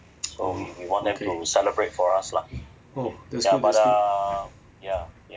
oh okay oh that's good that's good